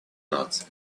нации